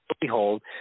Behold